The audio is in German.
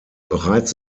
bereits